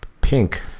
Pink